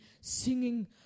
singing